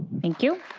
thank you.